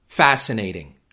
Fascinating